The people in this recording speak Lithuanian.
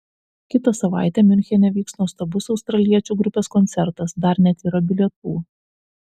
kitą savaitę miunchene vyks nuostabus australiečių grupės koncertas dar net yra bilietų